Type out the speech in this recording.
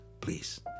please